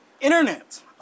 Internet